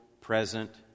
present